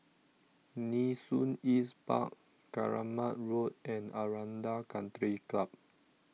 Nee Soon East Park Keramat Road and Aranda Country Club